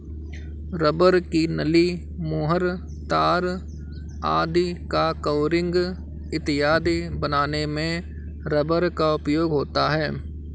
rubber की नली, मुहर, तार आदि का कवरिंग इत्यादि बनाने में रबर का उपयोग होता है